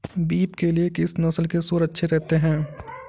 Beef के लिए किस नस्ल के सूअर अच्छे रहते हैं?